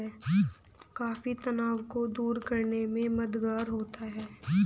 coffee तनाव को दूर करने में मददगार होता है